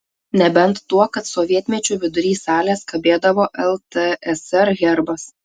nebent tuo kad sovietmečiu vidury salės kabėdavo ltsr herbas